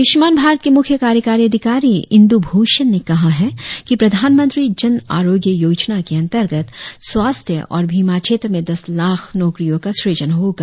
आयुष्मान भारत के मुख्य कार्यकारी अधिकारी इंदूभूषण ने कहा है कि प्रधानमंत्री जन आरोग्य योजना के अंतर्गत स्वास्थ्य और बीमा क्षेत्र में दस लाख नौकरियों का सृजन होगा